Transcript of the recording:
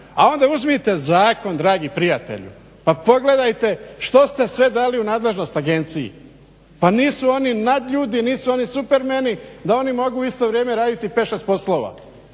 A onda uzmite zakon, dragi prijatelju, pa pogledajte što ste sve dali u nadležnost agenciji. Pa nisu oni nadljudi, nisu oni supermeni da oni mogu u isto vrijeme raditi pet, šest poslova.